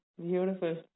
beautiful